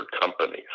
companies